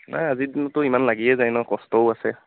নাই আজি দিনততো ইমান লাগিয়ে যায় ন' কষ্টও আছে